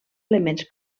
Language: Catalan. elements